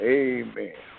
amen